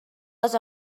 les